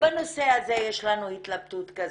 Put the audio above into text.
בנושא הזה יש לנו התלבטות כזו,